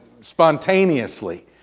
spontaneously